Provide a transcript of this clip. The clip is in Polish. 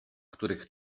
których